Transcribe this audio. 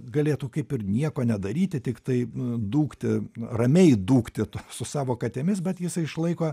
galėtų kaip ir nieko nedaryti tiktai n dūkti ramiai dūkti su savo katėmis bet jisai išlaiko